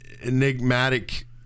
enigmatic